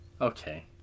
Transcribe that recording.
Okay